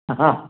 ಹಾಂ